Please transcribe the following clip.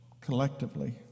collectively